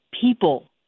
people